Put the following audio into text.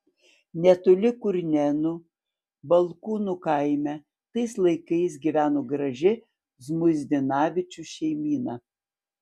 netoli kurnėnų balkūnų kaime tais laikais gyveno graži žmuidzinavičių šeimyna